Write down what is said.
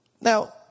Now